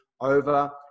over